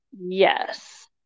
yes